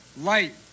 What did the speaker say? light